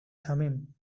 thummim